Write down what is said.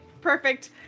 Perfect